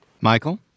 Michael